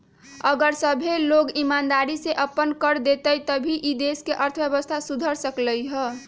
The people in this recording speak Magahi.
अगर सभ्भे लोग ईमानदारी से अप्पन कर देतई तभीए ई देश के अर्थव्यवस्था सुधर सकलई ह